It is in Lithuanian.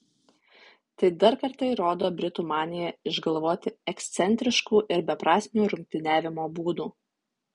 tai dar kartą įrodo britų maniją išgalvoti ekscentriškų ir beprasmių rungtyniavimo būdų